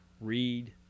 read